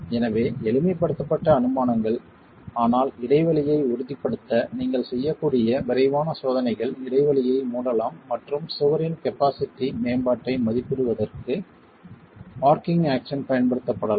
எனவே எளிமைப்படுத்தப்பட்ட அனுமானங்கள் ஆனால் இடைவெளியை உறுதிப்படுத்த நீங்கள் செய்யக்கூடிய விரைவான சோதனைகள் இடைவெளியை மூடலாம் மற்றும் சுவரின் கபாஸிட்டி மேம்பாட்டை மதிப்பிடுவதற்கு ஆர்ச்சிங் ஆக்சன் பயன்படுத்தப்படலாம்